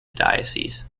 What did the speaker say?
diocese